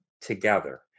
together